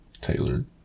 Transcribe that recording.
Tailored